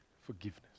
forgiveness